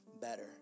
better